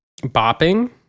bopping